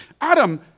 Adam